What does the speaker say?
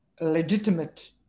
legitimate